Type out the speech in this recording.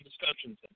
discussions